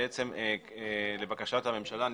לבקשת הממשלה,